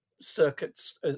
circuits